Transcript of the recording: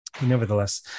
Nevertheless